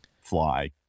fly